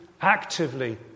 actively